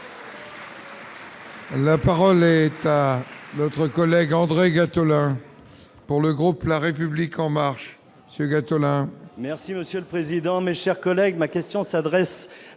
La parole est à M. André Gattolin, pour le groupe La République En Marche.